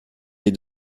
des